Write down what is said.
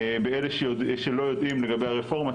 באלה שלא יודעים לגבי הרפורמה,